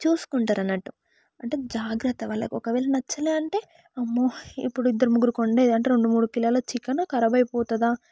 చూసుకుంటారు అన్నట్టు అంటే జాగ్రత్తలు ఒకవేళ నచ్చలేదంటే అమ్మో ఇప్పుడు ఇద్దరు ముగ్గురు వండేది అంటే రెండు మూడు కిలోలు చికెన్ ఖరాబ్ అయిపోతుందా